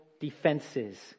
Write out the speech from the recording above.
defenses